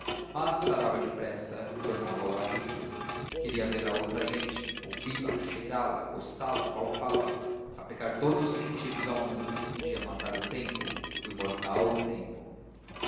mas sarava depressa e tornava ao ar livre queria ver a outra gente ouvi-la cheirá la gostá la apalpá la aplicar todos os sentidos a um mundo que podia matar o tempo o imortal tempo